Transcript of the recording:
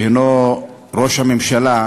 שהוא ראש הממשלה,